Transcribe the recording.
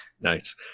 Nice